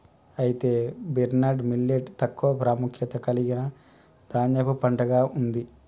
అయితే barnyard millet తక్కువ ప్రాముఖ్యత కలిగిన ధాన్యపు పంటగా ఉంది